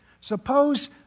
Suppose